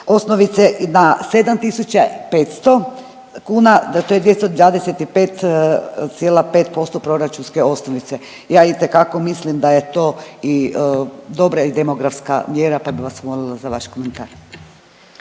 osnovice na 7.500 kuna to je 225,5% proračunske osnovice. Ja itekako mislim da je to i dobra i demografska mjera pa bi vas molila za vaš komentar.